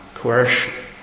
Coercion